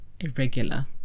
irregular